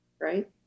right